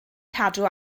cadw